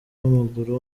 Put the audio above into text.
w’amaguru